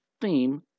theme